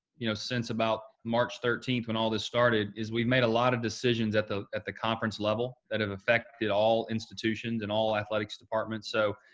you know, since about march thirteen when all this started, is we've made a lot of decisions at the at the conference level that have affected all institutions and all athletics departments. so,